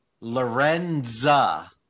Lorenza